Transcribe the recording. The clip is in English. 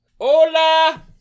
Hola